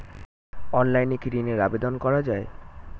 অনলাইনে কি ঋণের আবেদন করা যায়?